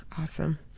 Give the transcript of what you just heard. awesome